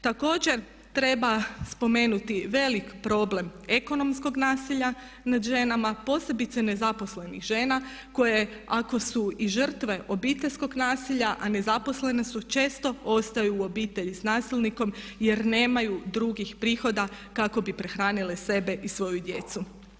Također, treba spomenuti veliki problem ekonomskog nasilja nad ženama, posebice nezaposlenih žena koje ako su i žrtve obiteljskog nasilja, a nezaposlene su često ostaju u obitelji s nasilnikom jer nemaju drugih prihoda kako bi prehranile sebe i svoju djecu.